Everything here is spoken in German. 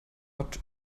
hat